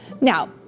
Now